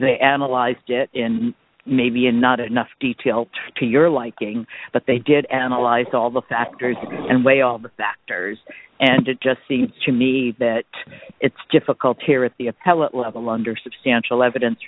they analyzed it and maybe not enough detail to your liking but they did analyze all the factors and weigh all the factors and it just seems to me that it's difficult here at the appellate level under substantial evidence